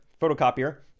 photocopier